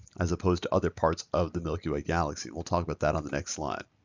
as opposed to other parts of the milky way galaxy. we'll talk about that on the next slide.